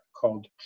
called